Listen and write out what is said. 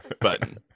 button